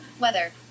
weather